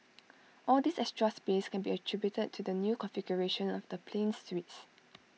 all this extra space can be attributed to the new configuration of the plane's suites